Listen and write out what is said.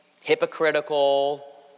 hypocritical